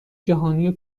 جهانی